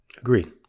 Agreed